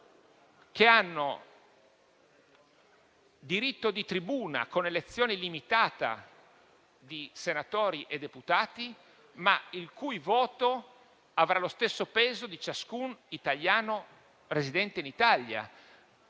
che hanno diritto di tribuna con elezione limitata di senatori e deputati, ma il cui voto avrà lo stesso peso di ciascun italiano residente in Italia.